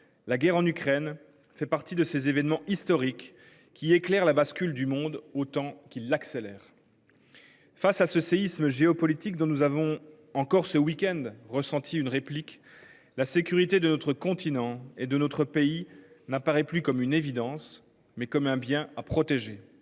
La guerre en Ukraine fait partie de ces événements historiques qui éclaire la bascule du monde autant qu'il accélère. Face à ce séisme géopolitique dont nous avons encore ce week-end ressenti une réplique la sécurité de notre continent et de notre pays n'apparaît plus comme une évidence, mais comme un bien à protéger.